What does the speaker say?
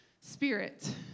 spirit